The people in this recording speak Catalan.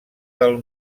del